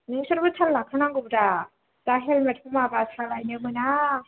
नोंसोरबो थाल लाखानांगौब्रा दा हेल्मेट हमाबा सालाइनो मोना